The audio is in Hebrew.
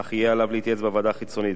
אך יהיה עליו להתייעץ בוועדה חיצונית.